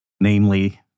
Namely